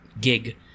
gig